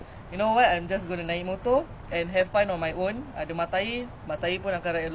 !wow! dah fikir jauh sister